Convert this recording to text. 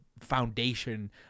foundation